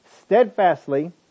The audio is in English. steadfastly